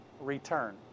return